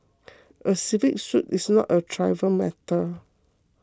a civil suit is not a trivial matter